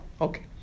Okay